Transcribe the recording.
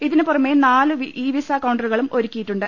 ഇതിനു പുറമെ നാലു ഇ വീസ കൌണ്ടറുകളും ഒരുക്കിയിട്ടുണ്ട്